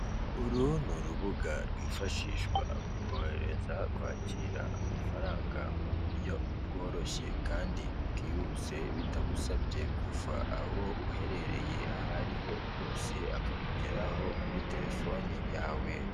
Uru ni urubuga rwifashishwa mu kohereza, kwakira amafaranga mu buryo bworoshye kandi bwihuse, bitagusabye kuva aho uherereye ahariho hose akakugeraho kuri telefone yawe.